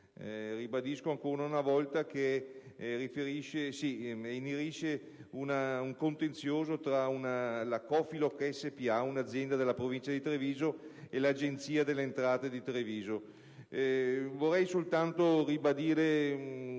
Ribadisco ancora una volta che inerisce ad un contenzioso tra la Cofiloc spa, un'azienda della Provincia di Treviso, e l'Agenzia delle entrate di Treviso.